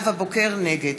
נגד